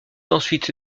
ensuite